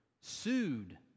sued